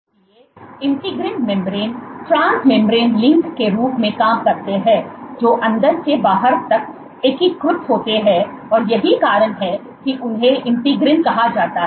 इसलिए integrin membrane transmembrane link के रूप में काम करते हैं जो अंदर से बाहर तक एकीकृत होते हैं और यही कारण है कि उन्हें इंटीग्रीन कहा जाता है